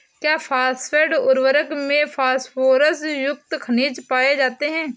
क्या फॉस्फेट उर्वरक में फास्फोरस युक्त खनिज पाए जाते हैं?